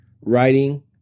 writing